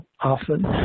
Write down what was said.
often